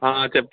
చెప్